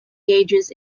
gauges